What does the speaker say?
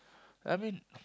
I mean